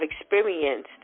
experienced